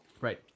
right